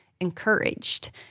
encouraged